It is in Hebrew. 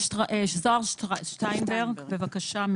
זוהר שטיינברג, בבקשה.